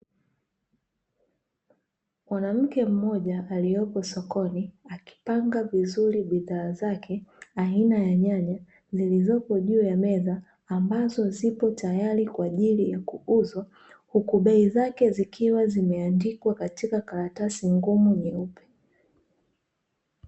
Mwanamke mmoja alioko sokoni akipanga vizuri bidhaa zake aina ya nyanya zilizopo juu ya meza ambazo zipo tayari kwa ajili ya kuuzwa huku bei zake zikiwa zimeandikwa katika karatasi ngumu nyeupe .